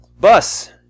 bus